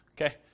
Okay